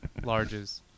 larges